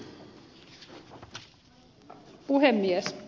arvoisa puhemies